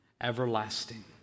everlasting